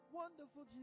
wonderful